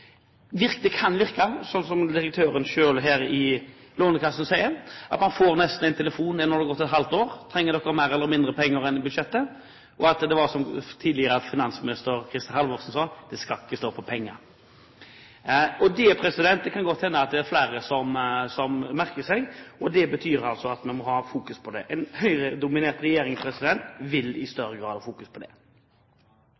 kan nesten virke som om det er direktøren selv i Lånekassen som sier at man får en telefon når det har gått et halvt år: Trenger dere mer eller mindre penger enn det som ligger i budsjettet? Og som tidligere finansminister Kristin Halvorsen sa: Det skal ikke stå på penger. Det kan godt hende at det er flere som merker seg dette, og det betyr at vi må ha fokus på det. En Høyre-dominert regjering vil i